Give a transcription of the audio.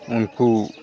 ᱩᱱᱠᱩ